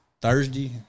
Thursday